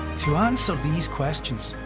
to answer these questions,